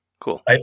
cool